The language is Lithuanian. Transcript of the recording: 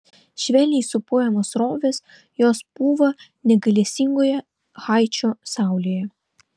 švelniai sūpuojamos srovės jos pūva negailestingoje haičio saulėje